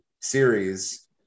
series